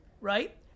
right